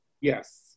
Yes